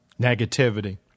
negativity